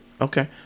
okay